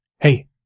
Hey